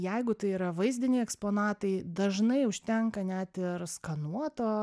jeigu tai yra vaizdiniai eksponatai dažnai užtenka net ir skanuoto